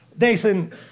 Nathan